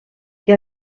que